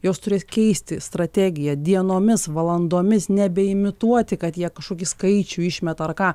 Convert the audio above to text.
jos turės keisti strategiją dienomis valandomis nebeimituoti kad jie kažkokį skaičių išmeta ar ką